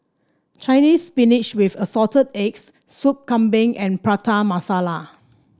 Chinese Spinach with Assorted Eggs Soup Kambing and Prata Masala